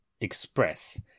express